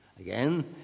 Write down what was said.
Again